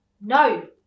No